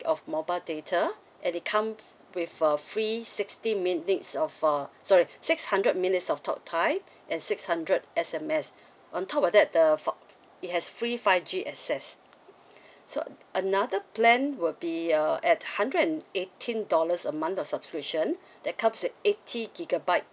of mobile data and it comes with a free sixty minutes of uh sorry six hundred minutes of talktime and six hundred S_M_S on top of that the fi~ it has free five G access so another plan will be uh at hundred and eighteen dollars a month of subscription that comes with eighty gigabyte